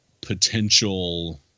potential